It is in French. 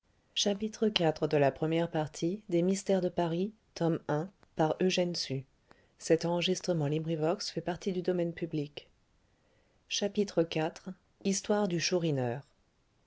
de la goualeuse iv histoire du